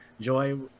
Joy